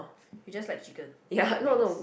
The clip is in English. I just like chicken not the wings